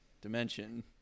dimension